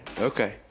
Okay